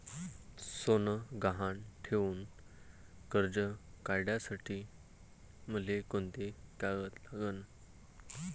सोनं गहान ठेऊन कर्ज काढासाठी मले कोंते कागद लागन?